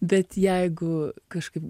bet jeigu kažkaip